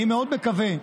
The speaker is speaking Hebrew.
אני מאוד מקווה,